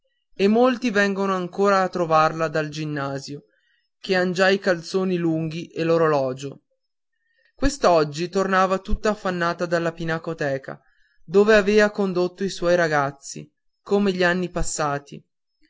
e molti vengono ancora a trovarla dal ginnasio che han già i calzoni lunghi e l'orologio quest'oggi tornava tutta affannata dalla pinacoteca dove aveva condotto i suoi ragazzi come gli anni passati